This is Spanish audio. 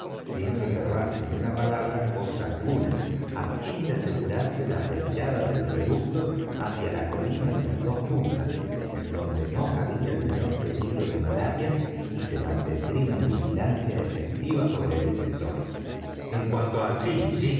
sin reservarse en una palabra cosa alguna á fin de asegurarse la retirada del reducto hacia la colina de las dos puntas en donde no había el menor peligro de malaria y se mantendría una vigilancia efectiva sobre el tesoro en cuanto á tí